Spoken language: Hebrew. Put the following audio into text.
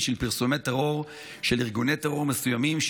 של פרסומי טרור של ארגוני טרור מסוימים,